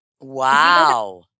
Wow